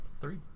three